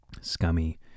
scummy